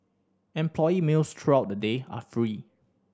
employee meals throughout the day are free